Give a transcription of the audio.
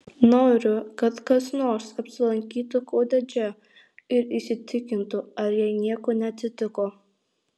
noriu kad kas nors apsilankytų kotedže ir įsitikintų ar jai nieko neatsitiko